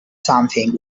something